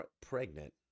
Pregnant